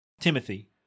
Timothy